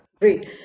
Great